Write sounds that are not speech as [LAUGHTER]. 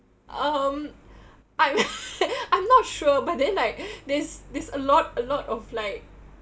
um I'm [LAUGHS] I'm not sure but then like there's there's a lot a lot of like